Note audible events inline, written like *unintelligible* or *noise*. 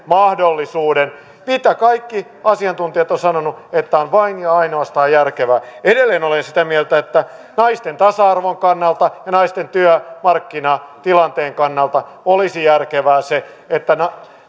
*unintelligible* mahdollisuuden josta kaikki asiantuntijat ovat sanoneet että se on vain ja ainoastaan järkevää edelleen olen sitä mieltä että naisten tasa arvon kannalta ja naisten työmarkkinatilanteen kannalta olisi järkevää se että